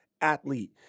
athlete